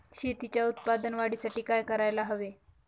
शेतीच्या उत्पादन वाढीसाठी काय करायला हवे?